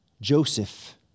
Joseph